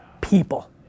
people